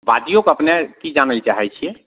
बाजिऔ अपनेँ कि जानै ले चाहै छिए